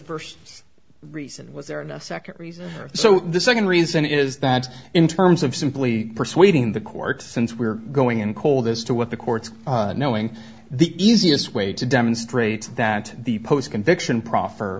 first reason was there in a second reason so the second reason is that in terms of simply persuading the court since we're going in cold as to what the court's knowing the easiest way to demonstrate that the post conviction pro